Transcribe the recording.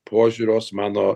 požiūris mano